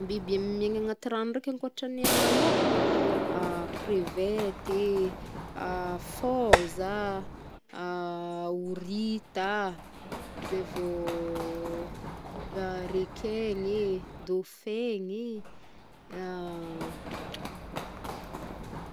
Biby miegna anaty rano ndraiky ankoatra ny laoko? Crevety e, fôza, horita, zay vao requin-gny e, dauphin e.